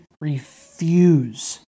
refuse